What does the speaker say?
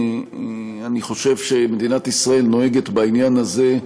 אני חושב שמדינת ישראל נוהגת בעניין הזה,